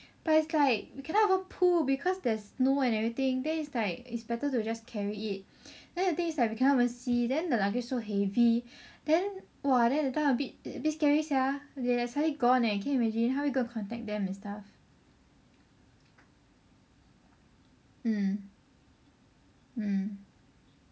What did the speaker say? but it's like we cannot go pull because there's snow and everything then it's like it's better to just carry it then the thing is like we cannot even see then the luggage so heavy then !wah! then that time a bit scary sia they gone leh how are we going to contact them and stuff